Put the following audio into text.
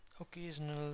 occasional